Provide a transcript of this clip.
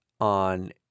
on